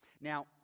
Now